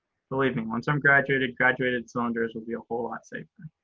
believe me, once i'm graduated, graduated cylinders will be a whole lot safer.